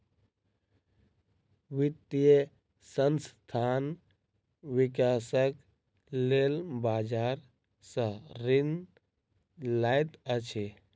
वित्तीय संस्थान, विकासक लेल बजार सॅ ऋण लैत अछि